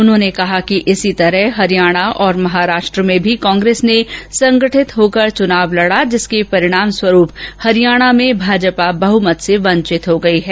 उन्होंने कहा कि इसी प्रकार हरियाणा और महाराष्ट्र में भी कांप्रेस ने संगठित होकर चुनाव लड़ा है जिसके परिणामस्वरूप हरियाणा राज्य में भाजपा बहूमत से वंचित हो गई है